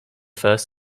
first